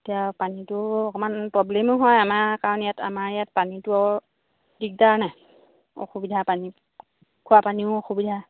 এতিয়া পানীটোও অকণমান প্ৰব্লেমো হয় আমাৰ কাৰণ ইয়াত আমাৰ ইয়াত পানীটো দিগদাৰ নাই অসুবিধা পানী খোৱা পানীও অসুবিধা